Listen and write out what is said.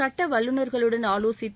சட்ட வல்லுநர்களுடன் ஆலோசித்து